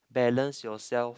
balance yourself